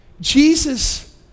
Jesus